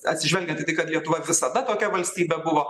atsižvelgiant į tai kad lietuva visada tokia valstybė buvo